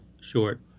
short